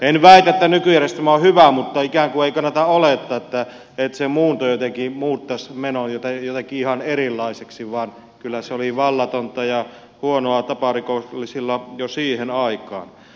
en väitä että nykyjärjestelmä on hyvä mutta ei kannata ikään kuin olettaa että se muunto muuttaisi menon jotenkin ihan erilaiseksi vaan kyllä se oli vallatonta ja huonoa taparikollisilla jo siihen aikaan